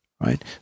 right